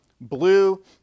blue